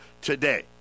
today